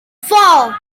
four